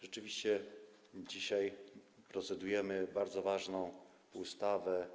Rzeczywiście dzisiaj procedujemy nad bardzo ważną ustawą.